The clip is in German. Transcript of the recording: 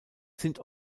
sind